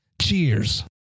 Cheers